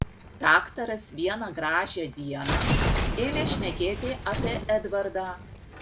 daktaras vieną gražią dieną ėmė šnekėti apie edvardą